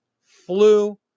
flu